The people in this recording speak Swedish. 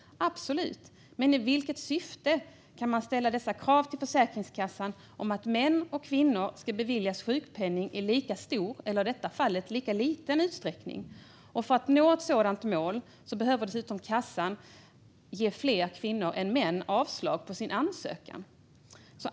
Men i vilket syfte kan man ställa dessa krav till Försäkringskassan om att män och kvinnor ska beviljas sjukpenning i lika stor, eller i detta fall liten, utsträckning? För att nå ett sådant mål behöver dessutom kassan ge fler kvinnor än män avslag på ansökan.